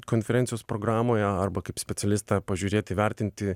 konferencijos programoje arba kaip specialistą pažiūrėt įvertinti